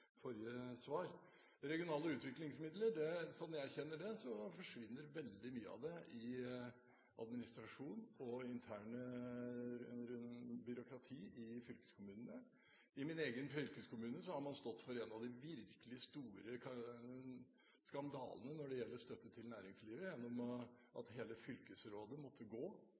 forrige svar. Sånn jeg kjenner regionale utviklingsmidler, forsvinner veldig mange av dem i administrasjon og internt byråkrati i fylkeskommunene. I min egen fylkeskommune har man stått for en av de virkelig store skandalene når det gjelder støtte til næringslivet gjennom at hele fylkesrådet måtte gå